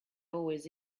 always